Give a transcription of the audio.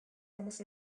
almost